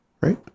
right